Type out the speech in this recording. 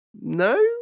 no